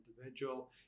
individual